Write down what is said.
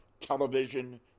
Television